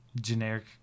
generic